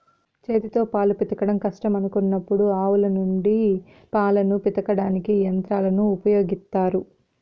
చేతితో పాలు పితకడం కష్టం అనుకున్నప్పుడు ఆవుల నుండి పాలను పితకడానికి యంత్రాలను ఉపయోగిత్తారు